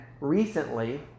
recently